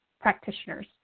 practitioners